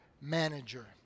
manager